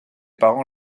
parents